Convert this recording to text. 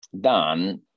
done